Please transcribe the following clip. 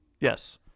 Yes